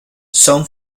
son